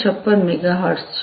56 megahertz છે